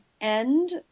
end